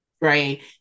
right